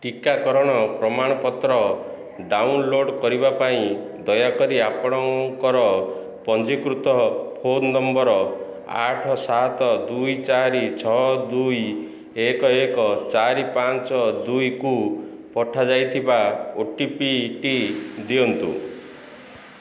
ଟିକାକରଣ ପ୍ରମାଣପତ୍ର ଡାଉନଲୋଡ଼୍ କରିବା ପାଇଁ ଦୟାକରି ଆପଣଙ୍କର ପଞ୍ଜୀକୃତ ଫୋନ୍ ନମ୍ବର୍ ଆଠ ସାତ ଦୁଇ ଚାରି ଛଅ ଦୁଇ ଏକ ଏକ ଚାରି ପାଞ୍ଚ ଦୁଇକୁ ପଠାଯାଇଥିବା ଓଟିପିଟି ଦିଅନ୍ତୁ